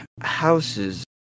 houses